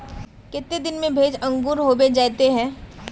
केते दिन में भेज अंकूर होबे जयते है?